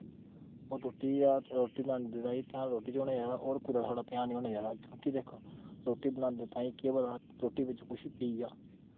रोटी बनांदे ध्यान साढ़ा रोटी च होना चाहिदा होर कुतै निं थुआड़ा ध्यान होना चाहिदा कुस दिक्खो रोटी बनांदे केह् पता रोटी बिच्च किश पेई जा